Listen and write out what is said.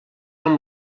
amb